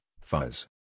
fuzz